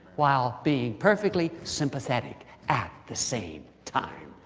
while being perfectly sympathetic at the same time.